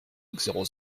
zéro